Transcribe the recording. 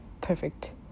perfect